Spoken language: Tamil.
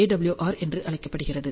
AWR என்றும் அழைக்கப்படுகிறது